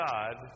God